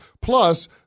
Plus